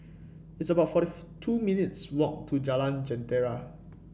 it's about forty two minutes' walk to Jalan Jentera